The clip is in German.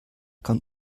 kann